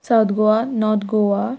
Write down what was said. south Goa north Goa